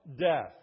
death